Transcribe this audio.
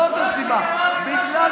זאת הסיבה, מה שקרה, ממשלה.